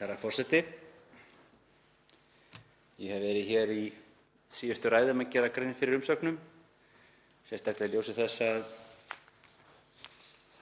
Herra forseti. Ég hef verið hér í síðustu ræðum að gera grein fyrir umsögnum, sérstaklega í ljósi þess að